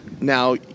now